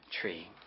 tree